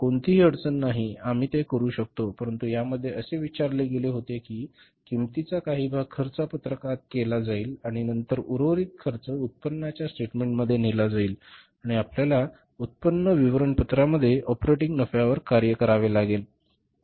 कोणतीही अडचण नाही आम्ही ते करू शकतो परंतु यामध्ये असे विचारले गेले होते की किंमतीचा काही भाग खर्च पत्रकात केला जाईल आणि नंतर उर्वरित खर्च उत्पन्नाच्या स्टेटमेंटमध्ये नेला जाईल आणि आपल्याला उत्पन्न विवरण पत्रांमध्ये ऑपरेटिंग नफ्यावर कार्य करावे लागेल